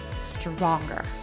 stronger